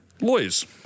Lawyers